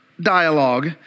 dialogue